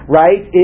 right